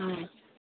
മ്മ്